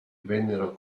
vennero